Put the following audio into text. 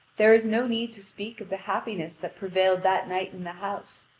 there is no need to speak of the happiness that prevailed that night in the house.